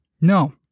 No